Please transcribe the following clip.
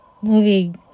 movie